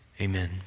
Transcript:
Amen